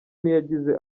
ntiyagize